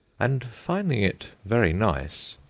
and finding it very nice,